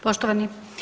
Poštovani.